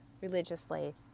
religiously